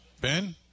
ben